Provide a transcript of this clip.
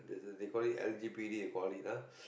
they called it L_G_P_D you called it ah